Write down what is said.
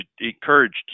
encouraged